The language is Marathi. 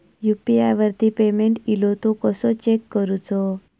यू.पी.आय वरती पेमेंट इलो तो कसो चेक करुचो?